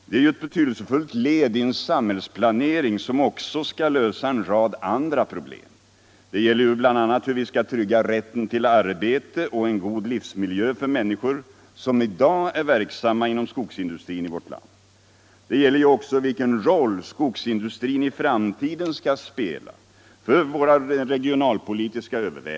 Det är ju ett betydelsefullt led i en samhällsplanering som också skall lösa en rad andra problem. Det gäller bl.a. hur vi skall trygga rätten till arbete och en god livsmiljö för människor som i dag är verksamma inom skogsindustrin i vårt land. Det gäller också vilken roll skogsindustrin i framtiden skall spela för våra regionalpolitiska överväganden.